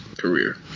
career